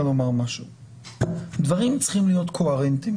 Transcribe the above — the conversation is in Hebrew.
דברים צריכים להיות קוהרנטיים